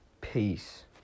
Peace